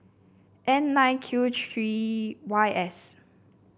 N nine Q three Y S